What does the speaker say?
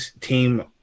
team